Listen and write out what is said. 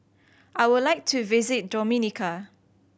I would like to visit Dominica